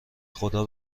خدا